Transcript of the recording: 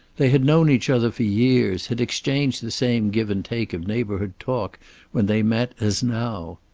they had known each other for years, had exchanged the same give and take of neighborhood talk when they met as now.